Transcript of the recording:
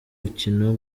rukino